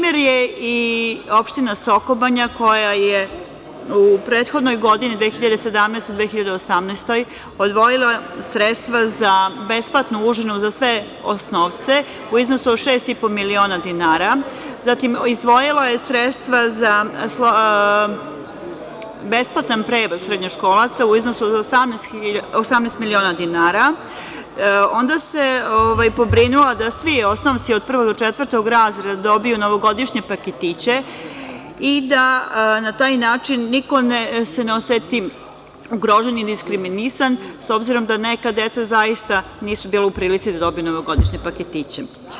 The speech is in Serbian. je i opština Sokobanja koja je u prethodnoj godini 2017/2018. odvojila sredstva za besplatnu užinu za sve osnovce u iznosu od 6,5 miliona dinara, zatim izdvojila je sredstva za besplatan prevoz srednjoškolaca u iznosu od 18 miliona dinara, onda se pobrinula da svi osnovci od prvog do četvrtog razreda dobiju novogodišnje paketiće i da se na taj način niko ne oseti ugroženim i diskriminisanim, s obzirom da neka deca zaista nisu bila u prilici da dobiju novogodišnje paketiće.